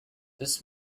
this